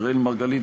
אראל מרגלית,